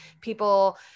people